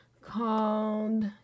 called